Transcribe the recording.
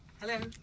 Hello